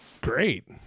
great